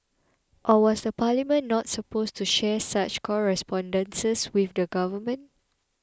or was the Parliament not supposed to share such correspondences with the government